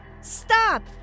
Stop